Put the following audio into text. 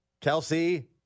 Kelsey